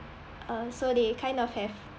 uh so they kind of have